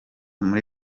muri